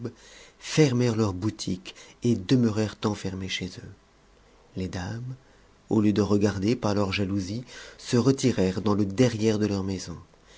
fermèrent leurs boutiques et demeurèrent enfermés chez eux les dames au lieu de regarder par leurs jalousies se retirèrent dans e derrière de leurs maisons